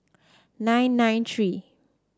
nine nine three